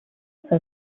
also